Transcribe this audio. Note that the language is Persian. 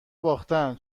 باختن